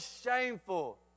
shameful